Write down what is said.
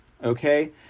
Okay